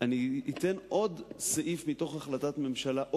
אני אקרא לו עוד סעיף מאותה החלטת ממשלה,